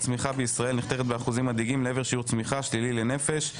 הצמיחה בישראל נחתכת באחוזים מדאיגים לעבר שיעור צמיחה שלילי לנפש".